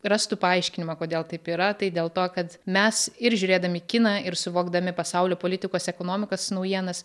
rastų paaiškinimą kodėl taip yra tai dėl to kad mes ir žiūrėdami kiną ir suvokdami pasaulio politikos ekonomikos naujienas